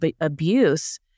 abuse